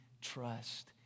trust